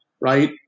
right